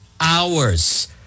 hours